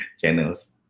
channels